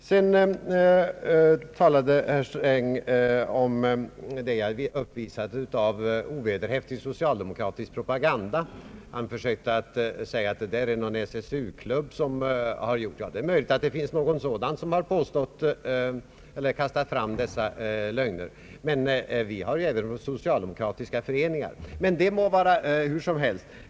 Herr Sträng talade vidare om det jag hade uppvisat i fråga om ovederhäftig socialdemokratisk propaganda. Han sade att det är någon SSU-klubb som kastat fram dessa påståenden. Ja, det är möjligt att det förhåller sig så i något fall, men det finns också exempel på att det rört sig om socialdemokratiska föreningar. Därmed må dock vara hur som helst.